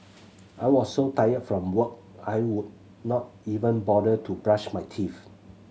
I was so tired from work I would not even bother to brush my teeth